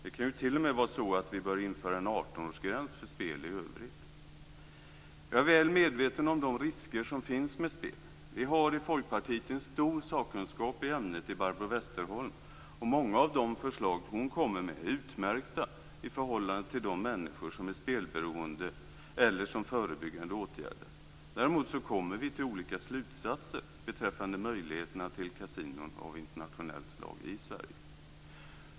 Vi kan t.o.m. behöva införa en 18 Jag är väl medveten om de risker som finns med spel. Vi har i Folkpartiet en stor sakkunskap i ämnet i Barbro Westerholm. Många av de förslag som hon har lagt fram är utmärkta i förhållande till de människor som är spelberoende eller som förebyggande åtgärder. Däremot kommer vi till olika slutsatser beträffande möjligheterna till kasinon av internationellt slag i Sverige.